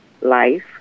life